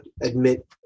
admit